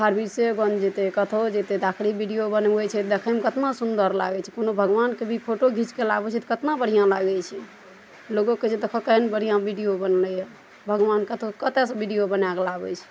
फारबीसेगंज जेतय कतहो जेतय तऽ आखरी विडियो बनबय छै देखयमे कतना सुन्दर लागय छै कोनो भगवानके भी फोटो घीच कऽ लाबय छै तऽ कतना बढ़िआँ लागय छै लोगो कहय छै देखऽ केहेन बढ़िआँ वीडियो बनलइए भगवान कतहो कतयसँ वीडियो बना कऽ लाबय छै